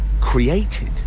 Created